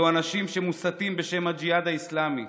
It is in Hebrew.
אלו אנשים שמוסתים בשם הג'יהאד האסלאמי.